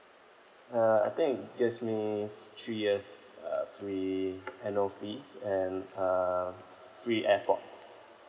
uh I think it gives me three years uh free annual fees and uh free airpods